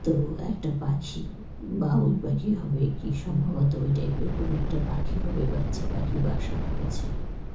তো একটা পাখি বা ওই পাখি হবে কি সম্ভবত ওই টাইপের কোনো একটা পাখি হবে বাচ্চা পাখি বা বাসা করেছিলো